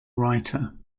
writer